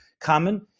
common